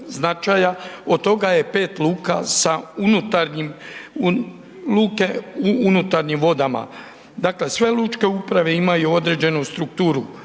unutarnjim, luke u unutarnjim vodama. Dakle, sve lučke uprave imaju određenu strukturu.